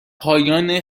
پایان